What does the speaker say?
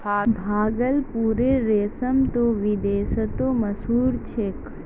भागलपुरेर रेशम त विदेशतो मशहूर छेक